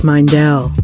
Mindell